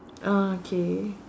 ah K